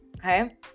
Okay